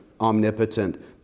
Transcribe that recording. omnipotent